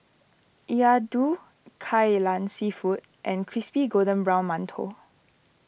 Kai Lan Seafood and Crispy Golden Brown Mantou